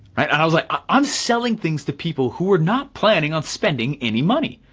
i was like i'm selling things to people who are not planning on spending any money.